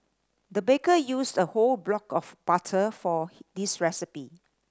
the baker used a whole block of butter for this recipe